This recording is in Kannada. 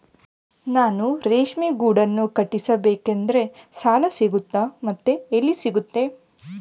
ನಾನು ರೇಷ್ಮೆ ಗೂಡನ್ನು ಕಟ್ಟಿಸ್ಬೇಕಂದ್ರೆ ಸಾಲ ಸಿಗುತ್ತಾ ಮತ್ತೆ ಎಲ್ಲಿ ಸಿಗುತ್ತೆ?